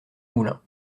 moulin